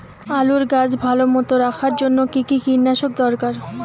আলুর গাছ ভালো মতো রাখার জন্য কী কী কীটনাশক দরকার?